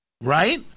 Right